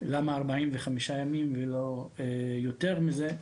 למה 45 ימים ולא יותר מזה.